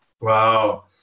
Wow